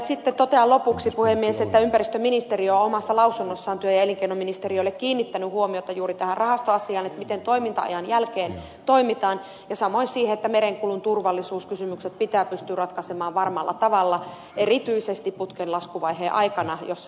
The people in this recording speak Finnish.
sitten totean lopuksi puhemies että ympäristöministeriö on omassa lausunnossaan työ ja elinkeinoministeriölle kiinnittänyt huomiota juuri tähän rahastoasiaan siihen miten toiminta ajan jälkeen toimitaan ja samoin siihen että merenkulun turvallisuuskysymykset pitää pystyä ratkaisemaan varmalla tavalla erityisesti putken laskuvaiheen aikana jos semmoinen laskuvaihe tulee